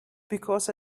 because